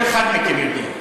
כל אחד מכם יודע,